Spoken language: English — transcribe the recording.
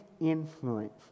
influence